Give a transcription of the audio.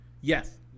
Yes